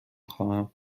خواهم